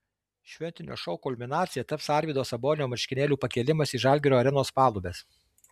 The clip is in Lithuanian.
šventinio šou kulminacija taps arvydo sabonio marškinėlių pakėlimas į žalgirio arenos palubes